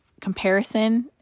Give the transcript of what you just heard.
comparison